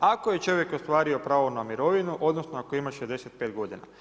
Ako je čovjek ostvario pravo na mirovinu, odnosno ako ima 65 godina.